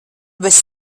bez